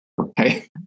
Okay